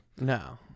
No